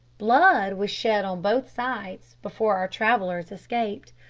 blood was shed on both sides before our travellers escaped.